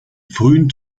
frühen